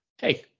hey